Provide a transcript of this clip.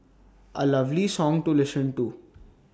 A lovely song to listen to